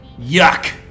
Yuck